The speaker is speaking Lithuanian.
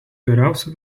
geriausių